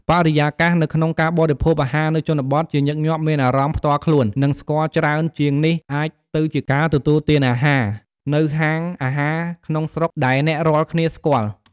បរិយាកាសនៅក្នុងការបរិភោគអាហារនៅជនបទជាញឹកញាប់មានអារម្មណ៍ផ្ទាល់ខ្លួននិងស្គាល់ច្រើនជាងនេះអាចទៅជាការទទួលទានអាហារនៅហាងអាហារក្នុងស្រុកដែលអ្នករាល់គ្នាស្គាល់។